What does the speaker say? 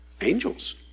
Angels